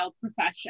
profession